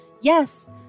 yes